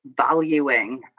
valuing